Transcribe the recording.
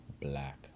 black